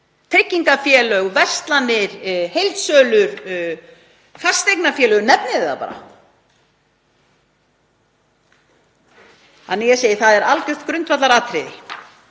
tryggingafélög, verslanir, heildsölur, fasteignafélög, nefnið það bara. Það er algjört grundvallaratriði